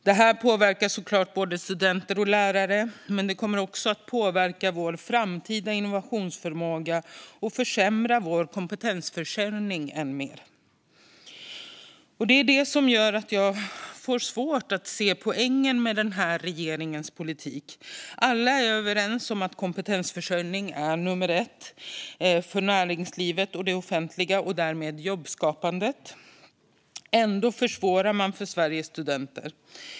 Detta påverkar såklart både studenter och lärare, men det kommer också att påverka vår framtida innovationsförmåga och försämra vår kompetensförsörjning än mer. Det är detta som gör att jag får svårt att se poängen med den här regeringens politik. Alla är överens om att kompetensförsörjning är nummer ett för näringslivet och det offentliga, och därmed jobbskapandet. Ändå försvårar man för Sveriges studenter.